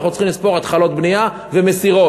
אנחנו צריכים לספור התחלות בנייה ומסירות.